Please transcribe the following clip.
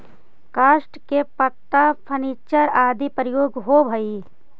काष्ठ के पट्टा फर्नीचर आदि में प्रयोग होवऽ हई